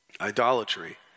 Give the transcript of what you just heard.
idolatry